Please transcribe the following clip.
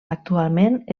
actualment